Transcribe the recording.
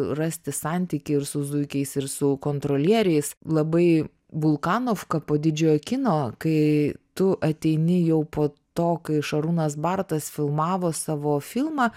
rasti santykį ir su zuikiais ir su kontrolieriais labai vulkanovka po didžiojo kino kai tu ateini jau po to kai šarūnas bartas filmavo savo filmą